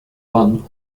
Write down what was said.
one